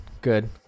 good